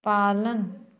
पालन